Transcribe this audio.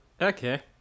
okay